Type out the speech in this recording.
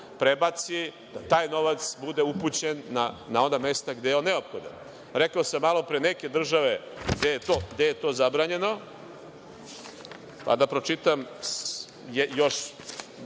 prebaci i da taj novac bude upućen na ona mesta gde je on neophodan. Rekao sam malopre neke države gde je to zabranjeno, pa da pročitam još